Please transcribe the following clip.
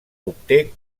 obté